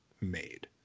made